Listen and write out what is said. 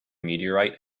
meteorite